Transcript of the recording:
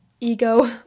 ego